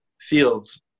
fields